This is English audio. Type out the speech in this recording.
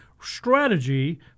strategy